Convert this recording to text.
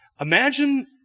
Imagine